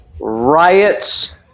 riots